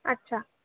अच्छा